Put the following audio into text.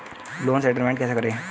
Loan settlement कैसे करें?